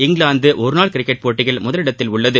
இங்கிலாந்து ஒருநாள் கிரிக்கெட் போட்டியில் முதலிடத்தில் உள்ளது